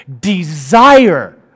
desire